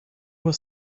was